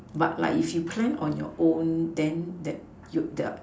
but like if you plan on your own then that you the